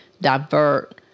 divert